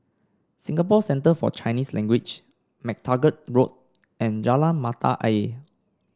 Singapore Centre For Chinese Language MacTaggart Road and Jalan Mata Ayer